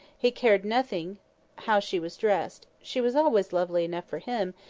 he cared nothing how she was dressed she was always lovely enough for him,